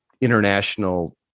international